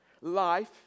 life